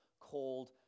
called